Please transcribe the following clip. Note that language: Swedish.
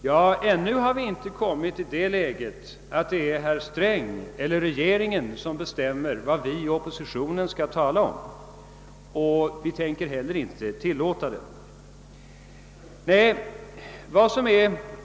Ja, ännu har vi ju inte kommit i det läget att det är herr Sträng eller regeringen över huvud taget som bestämmer vad vi inom oppositionen skall tala om, och vi tänker inte heller tillåta att det blir ett sådant läge.